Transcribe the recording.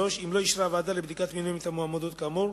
3. אם לא אישרה הוועדה לבדיקת מינויים את המועמדות כאמור,